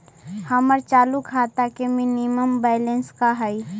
हमर चालू खाता के मिनिमम बैलेंस का हई?